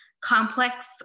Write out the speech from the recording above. complex